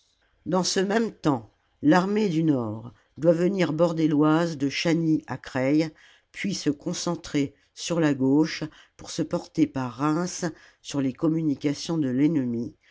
dans ce même temps l'armée du nord doit venir border l'oise de chagny à creil puis se concentrer sur la gauche pour se porter par reims sur les communications de l'ennemi